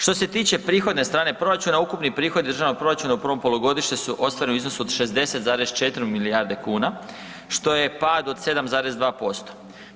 Što se tiče prihodne strane proračuna, ukupni prihod državnog proračuna u prvom polugodištu ostvareni su u iznosu od 60,4 milijardi kuna što je pad od 7,2%